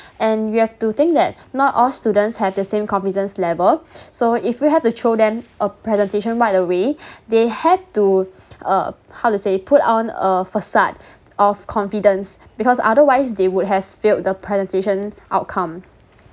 and you have to think that not all students have the same confidence level so if you have to throw them a presentation right away they have to uh how to say put on a facade of confidence because otherwise they would have failed the presentation outcome